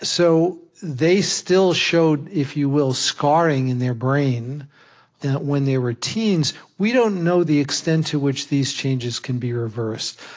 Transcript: so they still showed, if you will, scarring in their brain when they were teens. we don't know the extent to which these changes can be reversed,